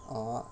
oh